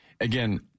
again